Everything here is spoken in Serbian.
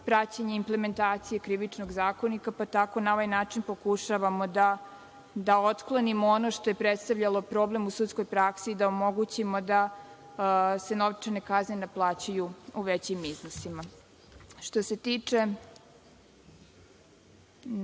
praćenje implementacije Krivičnog zakonika, pa tako na ovaj način pokušavamo da otklonimo ono što je predstavljalo problem u sudskoj praksi, da omogućimo da se novčane kazne ne plaćaju u većim iznosima. Kada pričate